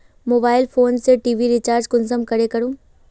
Mobile phone से TV recharge कुंसम करे करूम?